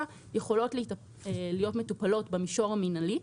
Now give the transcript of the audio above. יכולות להיות מטופלות במישור המינהלי,